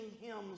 hymns